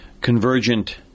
convergent